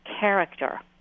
character